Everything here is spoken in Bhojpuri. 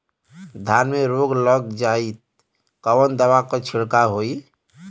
धान में रोग लग जाईत कवन दवा क छिड़काव होई?